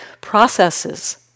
processes